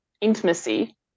intimacy